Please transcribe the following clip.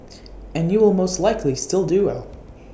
and you will most likely still do well